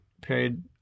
period